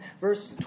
Verse